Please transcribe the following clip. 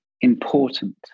important